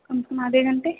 कम से कम आधे घंटे